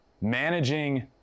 managing